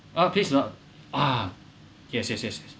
oh please not ah yes yes yes